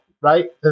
right